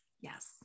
Yes